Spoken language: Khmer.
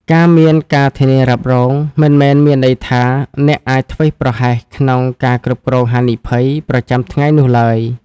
ការមាន ការធានារ៉ាប់រង មិនមែនមានន័យថាអ្នកអាចធ្វេសប្រហែសក្នុង ការគ្រប់គ្រងហានិភ័យ ប្រចាំថ្ងៃនោះឡើយ។